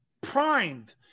primed